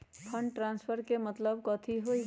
Fund transfer के मतलब कथी होई?